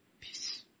Peace